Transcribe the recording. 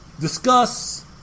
discuss